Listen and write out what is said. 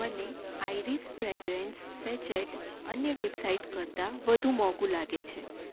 મને iris fragrance sachet અન્ય website કરતાં વધુ મોંઘુ લાગે છે